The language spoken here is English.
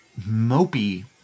mopey